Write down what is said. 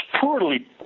poorly